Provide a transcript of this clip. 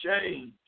change